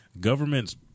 government's